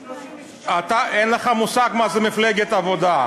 36 אנשים, אתה, אין לך מושג מה זה מפלגת העבודה.